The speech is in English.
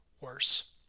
worse